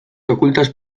ocultas